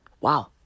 Wow